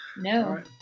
No